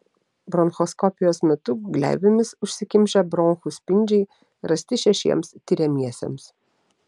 bronchoskopijos metu gleivėmis užsikimšę bronchų spindžiai rasti šešiems tiriamiesiems